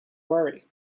worry